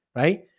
right?